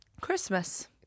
Christmas